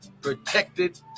protected